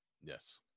Yes